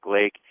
Lake